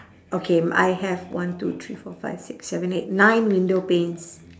okay I have one two three four five six seven eight nine window panes